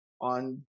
on